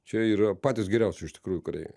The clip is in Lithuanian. čia yra patys geriausi iš tikrųjų kariai